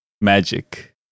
Magic